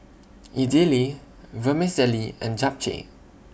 Idili Vermicelli and Japchae